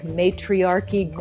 matriarchy